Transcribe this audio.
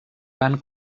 van